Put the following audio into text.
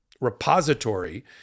repository